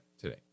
today